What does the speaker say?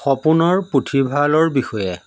সপোনৰ পুথিভঁৰালৰ বিষয়ে